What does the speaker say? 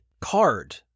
card